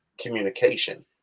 communication